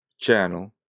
channel